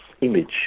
image